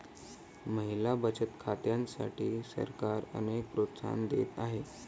महिला बचत खात्यांसाठी सरकार अनेक प्रोत्साहन देत आहे